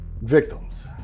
victims